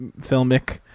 filmic